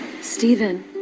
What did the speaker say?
Stephen